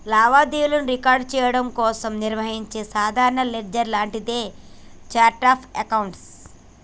లావాదేవీలను రికార్డ్ చెయ్యడం కోసం నిర్వహించే సాధారణ లెడ్జర్ లాంటిదే ఛార్ట్ ఆఫ్ అకౌంట్స్